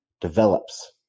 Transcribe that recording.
develops